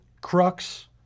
Crux